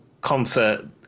concert